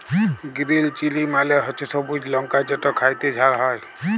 গিরিল chilli মালে হছে সবুজ লংকা যেট খ্যাইতে ঝাল হ্যয়